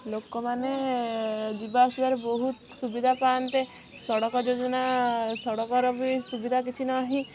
ଲୋକମାନେ ଯିବା ଆସିବାରେ ବହୁତ ସୁବିଧା ପାଆନ୍ତେ ସଡ଼କ ଯୋଜନା ସଡ଼କର ବି ସୁବିଧା କିଛି ନାହିଁ